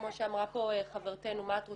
כמו שאמרה פה חברתנו "מה את רוצה,